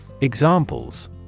Examples